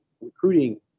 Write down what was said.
recruiting